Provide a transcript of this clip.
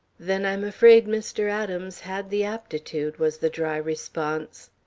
then i'm afraid mr. adams had the aptitude, was the dry response.